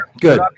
good